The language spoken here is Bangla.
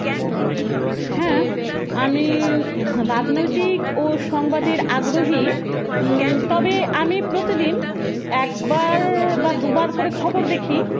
হ্যাঁ আমি রাজনৈতিক ও সংবাদের আগ্রহী তবে আমি প্রতিদিন একবার বা দুবার করে খবর দেখি